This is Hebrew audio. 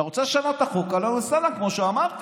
אתה רוצה לשנות את החוק, אהלן וסהלן, כמו שאמרתי.